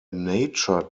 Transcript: nature